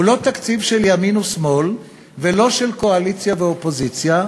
הוא לא תקציב של ימין ושמאל ולא של קואליציה ואופוזיציה.